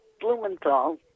Blumenthal